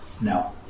No